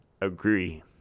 agree